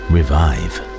Revive